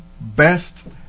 Best